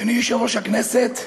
אדוני יושב-ראש הכנסת,